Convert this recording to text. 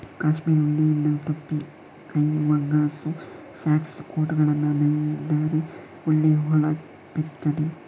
ಕಾಶ್ಮೀರ್ ಉಣ್ಣೆಯಿಂದ ಟೊಪ್ಪಿ, ಕೈಗವಸು, ಸಾಕ್ಸ್, ಕೋಟುಗಳನ್ನ ನೇಯ್ದರೆ ಒಳ್ಳೆ ಹೊಳಪಿರ್ತದೆ